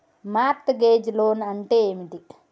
Mart gauge loan అంటే ఏమిటి?